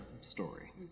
story